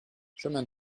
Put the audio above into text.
chemin